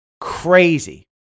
Crazy